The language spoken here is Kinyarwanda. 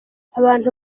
abantu